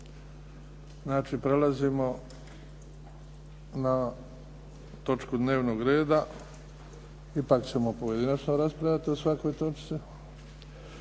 Znači na prelazimo na točku dnevnog reda. Ipak ćemo pojedinačno raspravljati o svakoj točki.